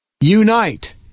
Unite